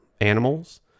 animals